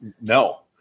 No